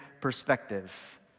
perspective